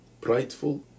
prideful